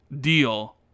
deal